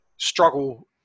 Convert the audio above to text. struggle